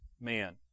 man